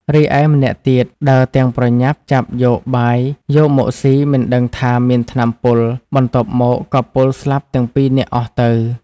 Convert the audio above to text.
រីឯម្នាក់ទៀតដើរទាំងប្រញាប់ចាប់យក បាយយកមកស៊ីមិនដឹងថាមានថ្នាំពុលបន្ទាប់មកក៏ពុលស្លាប់ទាំងពីរនាក់អស់ទៅ។